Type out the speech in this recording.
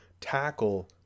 tackle